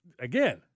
Again